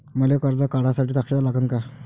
मले कर्ज काढा साठी साक्षीदार लागन का?